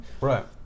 Right